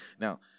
Now